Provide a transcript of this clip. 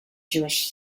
jewish